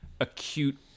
acute –